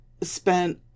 spent